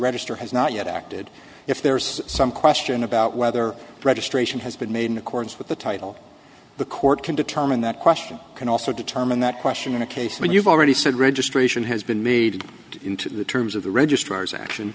register has not yet acted if there's some question about whether registration has been made in accordance with the title the court can determine that question can also determine that question in a case when you've already said registration has been made into the terms of the registrar's action